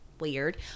weird